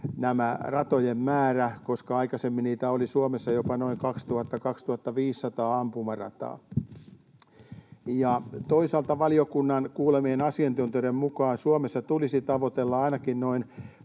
tämä ratojen määrä: aikaisemmin Suomessa oli jopa noin 2 000—2 500 ampumarataa. Toisaalta valiokunnan kuulemien asiantuntijoiden mukaan Suomessa tulisi tavoitella ainakin noin